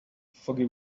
foggy